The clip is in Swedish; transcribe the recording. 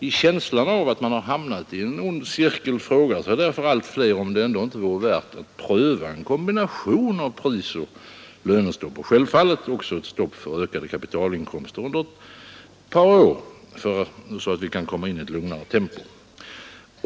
I känslan av att man har hamnat i en ond cirkel frågar sig därför allt fler om det ändå inte vore värt att pröva en kombination av prisoch lönestopp och självfallet också ett stopp för ökade kapitalinkomster under ett par år, så att vi kan komma in i ett lugnare tempo.